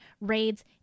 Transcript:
raids